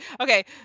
Okay